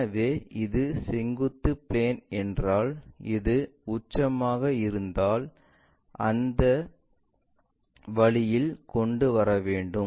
எனவே இது செங்குத்து பிளேன் என்றால் இது உச்சமாக இருந்தால் அதை அந்த வழியில் கொண்டு வர வேண்டும்